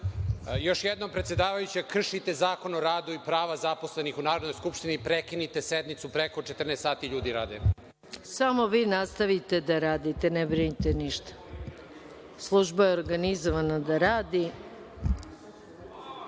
Još jednom, predsedavajuća, kršite Zakon o radu i prava zaposlenih u Narodnoj skupštini. Prekinite sednicu, preko 14 sati ljudi rade. **Maja Gojković** Samo vi nastavite da radite, ne brinite ništa. Služba je organizovana da radi. Reč